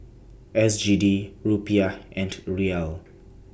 S G D Rupiah and Riyal